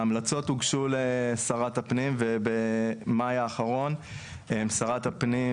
ההמלצות הוגשו לשרת הפנים ובמאי האחרון שרת הפנים